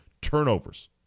turnovers